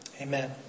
amen